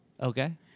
Okay